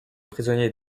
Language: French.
pionniers